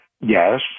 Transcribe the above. Yes